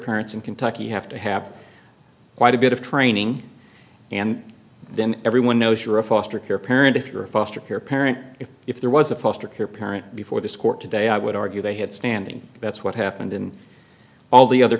parents in kentucky have to have quite a bit of training and then everyone knows you're a foster care parent if you're a foster care parent if if there was a foster care parent before this court today i would argue they had standing that's what happened in all the other